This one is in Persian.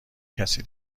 کسی